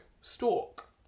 Stork